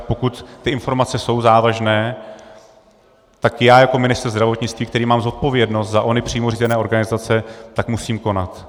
Pokud ty informace jsou závažné, tak já jako ministr zdravotnictví, který mám zodpovědnost za ony přímo řízené organizace, musím konat.